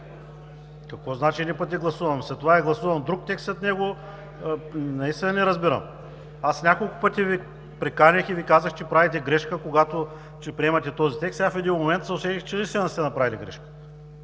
Какво значи един път е гласуван? След него е гласуван друг текст. Наистина не разбирам. Няколко пъти Ви приканих и Ви казах, че правите грешка, когато приемате този текст. Сега, в един момент се усетих, че наистина сте направили грешка.